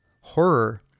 horror